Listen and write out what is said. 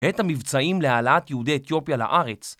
את המבצעים להעלאת יהודי אתיופיה לארץ